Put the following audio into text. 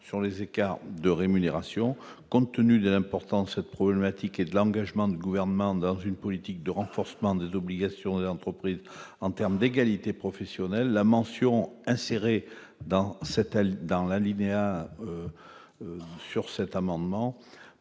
sur les écarts de rémunération. » Compte tenu de l'importance de ce problème et de l'engagement du Gouvernement dans une politique de renforcement des obligations des entreprises en matière d'égalité professionnelle, la mention précise des indicateurs à renseigner